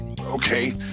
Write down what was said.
okay